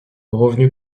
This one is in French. revenu